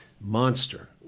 monster